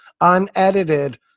unedited